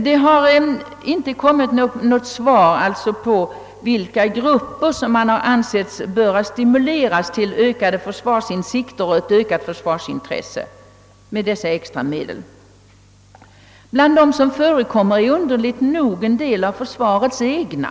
Det har inte f. ö. kommit något svar på vilka grupper som man har ansett böra stimuleras med dessa extra anslag till ökade försvarsinsikter och ett ökat försvarsintresse. Bland dem som har förekommit är underligt nog en del av försvarets egna.